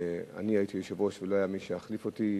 אני הייתי יושב-ראש ולא היה מי שיחליף אותי,